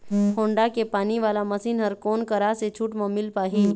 Honda के पानी वाला मशीन हर कोन करा से छूट म मिल पाही?